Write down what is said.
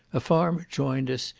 a farmer joined us,